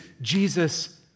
Jesus